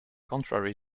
contrary